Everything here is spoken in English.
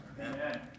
Amen